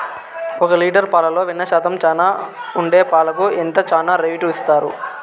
ఒక లీటర్ పాలలో వెన్న శాతం చానా ఉండే పాలకు ఎంత చానా రేటు ఇస్తారు?